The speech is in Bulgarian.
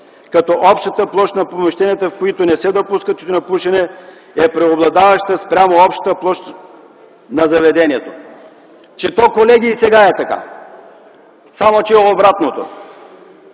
като общата площ на помещенията, в които не се допуска тютюнопушене, е преобладаваща спрямо общата площ на заведението”. Че то, колеги, и сега е така, само че обратното.